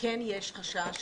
יש חשש